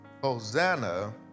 Hosanna